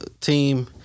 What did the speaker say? team